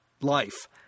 life